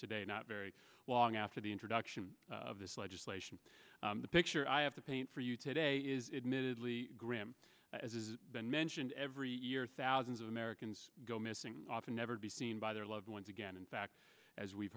today not very long after the introduction of this legislation the picture i have to paint for you today is admittedly ram as has been mentioned every year thousands of americans go missing often never be seen by their loved ones again in fact as we've